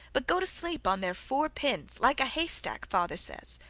but go to sleep on their four pins, like a haystack, father says.